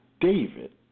David